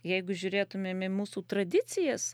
jeigu žiūrėtumėm į mūsų tradicijas